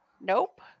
Nope